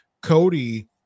Cody